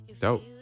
Dope